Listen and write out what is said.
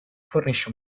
fornisce